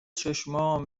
چشمام